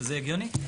שזה הגיוני,